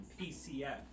PCF